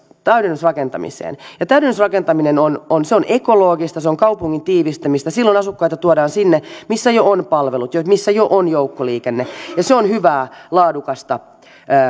täydennysrakentamiseen ja täydennysrakentaminen on ekologista se on kaupungin tiivistämistä silloin asukkaita tuodaan sinne missä jo on palvelut missä jo on joukkoliikenne ja se on hyvää laadukasta